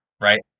right